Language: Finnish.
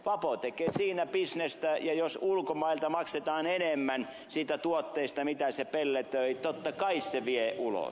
vapo tekee sillä bisnestä ja jos ulkomailla maksetaan enemmän siitä tuotteesta mitä se pelletöi totta kai se vie ulos